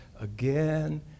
again